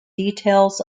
details